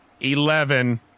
eleven